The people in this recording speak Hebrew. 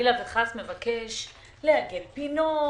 שחלילה וחס מבקש לעגל פינות,